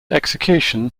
execution